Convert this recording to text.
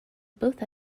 both